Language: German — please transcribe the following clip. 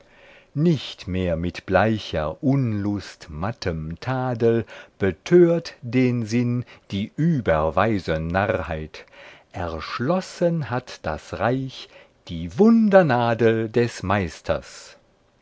nicht mehr mit bleicher unlust mattem tadel betört den sinn die überweise narrheit erschlossen hat das reich die wundernadel des meisters